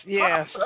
yes